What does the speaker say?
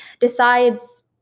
decides –